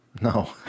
no